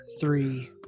three